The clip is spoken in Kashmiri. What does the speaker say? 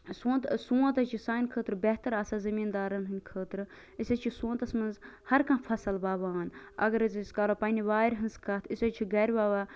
سونت سونت حظ چھُ سانہ خٲطرٕ بہتر آسان زمیٖندارن ہٕنٛد خٲطرٕ أسۍ حظ چھِ سونتَس مَنٛز ہر کانٛہہ فصل وَوان اگر حظ أسۍ کرو پَننہِ وارِ ہٕنٛز کتھ أسۍ حظ چھِ گَرٕ وَوان